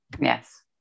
Yes